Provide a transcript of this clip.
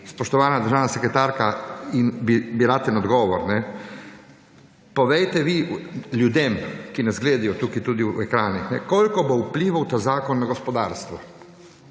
Spoštovana državna sekretarka in bi rad en odgovor. Povejte vi ljudem, ki nas gledajo tukaj tudi v ekran, koliko bo vplival ta zakon na gospodarstvo?